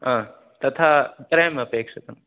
ह तथा त्रयम् अपेक्षितम्